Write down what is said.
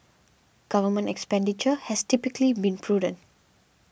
government expenditure has typically been prudent